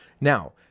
Now